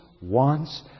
wants